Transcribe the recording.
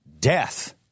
death